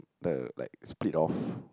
the like split of